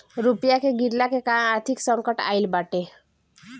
रुपया के गिरला के कारण आर्थिक संकट आईल बाटे